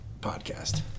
podcast